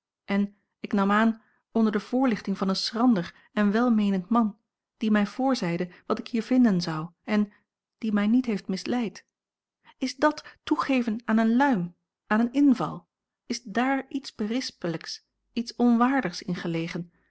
en ik nam aan onder de voorlichting van een schrander en welmeenend man die mij voorzeide wat ik hier vinden zou en die mij niet heeft misleid is dat toegeven aan een luim aan een inval is daar iets berispelijks iets onwaardigs in gelegen